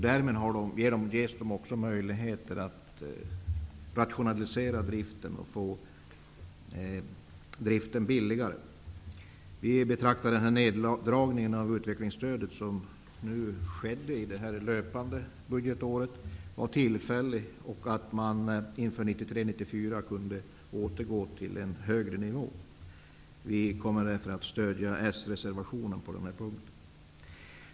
Därmed ges de också möjligheter att rationalisera driften och få den billigare. Vi betraktar den neddragning av utvecklingsstödet som skedde under det löpande budgetåret som tillfällig, och man bör inför 1993/94 kunna återgå till en högre nivå. Vi kommer därför att stödja sreservationen på den punkten.